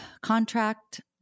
contract